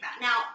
Now